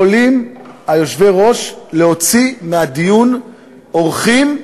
יכולים יושבי-הראש להוציא מהדיון אורחים,